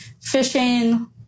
fishing